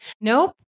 Nope